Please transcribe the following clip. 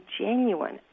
genuine